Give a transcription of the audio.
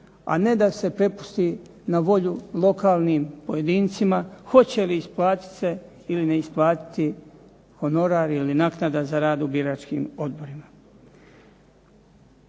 a ne da se prepusti n a volju lokalnim pojedincima hoće li isplatit se ili ne isplatiti honorar ili naknada za rad u biračkim odborima.